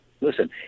Listen